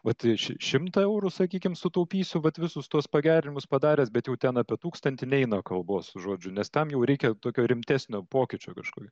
vat ši šimtą eurų sakykim sutaupysiu vat visus tuos pagerinimus padaręs bet jau ten apie tūkstantį neina kalbos žodžiu nes tam jau reikia tokio rimtesnio pokyčio kažkur